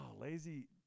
lazy